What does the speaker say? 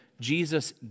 Jesus